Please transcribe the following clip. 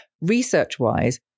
research-wise